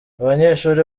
abanyeshuri